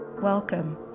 Welcome